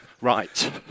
Right